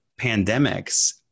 pandemics